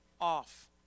off